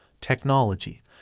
technology